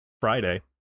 Friday